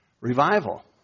revival